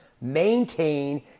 maintain